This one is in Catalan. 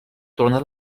tornar